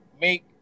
make